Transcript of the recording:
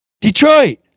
Detroit